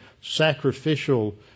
sacrificial